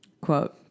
Quote